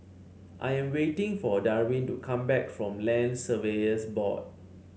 I am waiting for Darwyn to come back from Land Surveyors Board